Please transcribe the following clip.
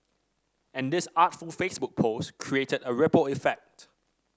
and this artful Facebook post created a ripple effect